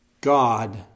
God